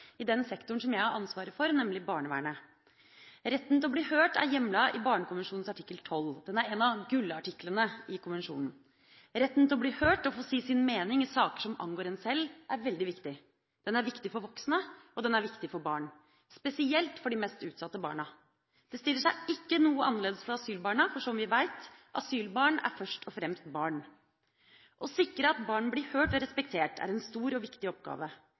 i den sektoren som jeg har ansvaret for, nemlig barnevernet. Retten til å bli hørt er hjemlet i Barnekonvensjonens artikkel 12. Den er en av «gullartiklene» i konvensjonen. Retten til å bli hørt og få si sin mening i saker som angår en sjøl, er veldig viktig. Den er viktig for voksne, og den er viktig for barn, spesielt for de mest utsatte barna. Det stiller seg ikke noe annerledes for asylbarna, for som vi vet: Asylbarn er først og fremst barn. Å sikre at barn blir hørt og respektert er en stor og viktig oppgave.